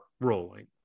rolling